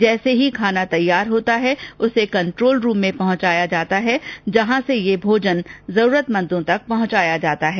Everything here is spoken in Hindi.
जैसे ही खाना तैयार होता है उसे कंट्रोल रूम में पहुंचाया जाता है जहां से ये भोजन जरूरतमंदों तक पहुंचाया जाता है